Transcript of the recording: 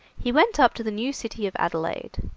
he went up to the new city of adelaide.